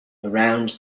around